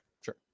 Sure